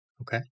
Okay